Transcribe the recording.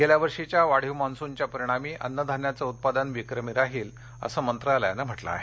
गेल्या वर्षीच्या वाढीव मान्सूनच्या परिणामी अन्नधान्याचं उत्पादन विक्रमी राहील असं मंत्रालयानं म्हटलं आहे